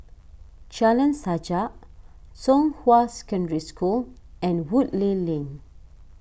Jalan Sajak Zhonghua Secondary School and Woodleigh Lane